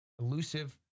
elusive